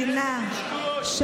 מדינה,